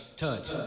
touch